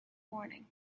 morning